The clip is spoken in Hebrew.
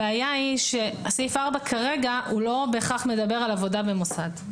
הבעיה היא שסעיף 4 כרגע הוא לא בהכרח מדבר על עבודה במוסד.